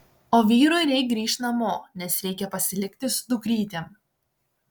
o vyrui reik grįžt namo nes reikia pasilikti su dukrytėm